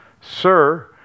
Sir